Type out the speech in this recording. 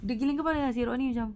dia geleng kepala dengan si rodney macam